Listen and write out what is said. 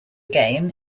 game